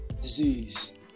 disease